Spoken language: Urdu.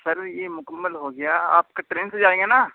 سر یہ مکمل ہو گیا آپ کا ٹرین سے جائیں گے نا